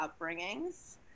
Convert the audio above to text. upbringings